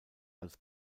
als